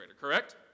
correct